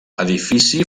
edifici